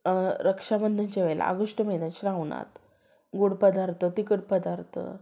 हे रक्षाबंधनच्या वेळेला आगष्ट महिन्यात श्रावणात गोड पदार्थ तिखट पदार्थ